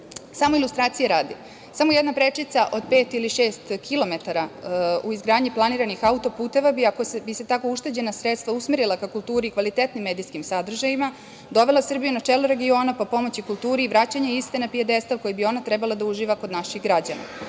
evra. Samo ilustracije radi, samo jedna prečica od pet ili šest kilometara u izgradnji planiranih auto-puteva, ako bi se tako ušteđena sredstva usmerila ka kulturi kvalitetnim medijskim sadržajima dovela Srbiju na čelo regiona po pomoći kulturi i vraćanja iste na pijedestal koji bi ona trebala da uživa kod naših građana.